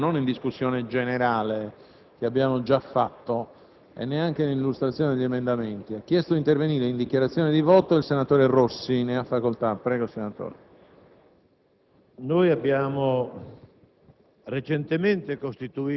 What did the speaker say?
È chiaro che l'operazione presenta un onere dal punto di vista delle banche; potrebbe esserci un intervento legislativo volto a concorrere a creare le condizioni perché questa diffusa trasformazione dei mutui a tasso variabile in mutui a tasso fisso possa avvenire,